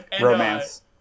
romance